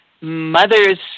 mother's